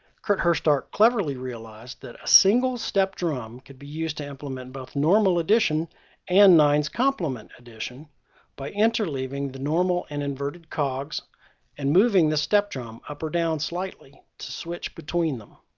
kurt herzstark cleverly realized that a single step drum could be used to implement both normal addition and nines complement addition by interleaving the normal and inverted cogs and moving the step drum up or down slightly to switch between them.